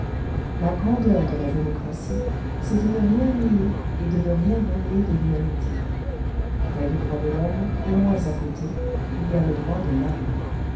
la grandeur de la démocratie c'est de ne rien nier et de ne rien renier de l'humanité près du droit de l'homme au moins à côté il y a le droit de l'âme